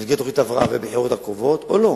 במסגרת תוכנית הבראה בבחירות הקרובות או לא.